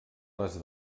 les